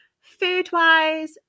Food-wise